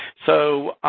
so,